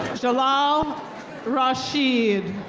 jalil rasheed.